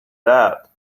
that